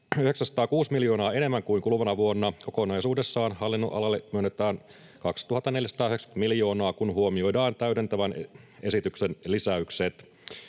906 miljoonaa enemmän kuin kuluvana vuonna. Kokonaisuudessaan hallinnonalalle myönnetään 2 490 miljoonaa, kun huomioidaan täydentävän esityksen lisäykset.